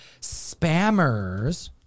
spammers